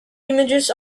images